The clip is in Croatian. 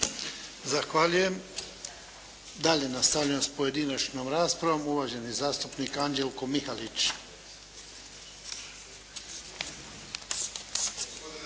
Zahvaljujem. Dalje nastavljamo sa pojedinačnom raspravom. Uvaženi zastupnik Anđelko Mihalić.